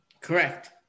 Correct